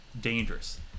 Dangerous